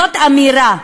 זאת אמירה,